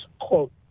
quote